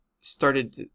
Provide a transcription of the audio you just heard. started